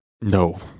No